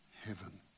heaven